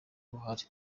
buhari